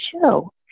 show